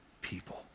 people